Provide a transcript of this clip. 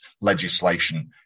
legislation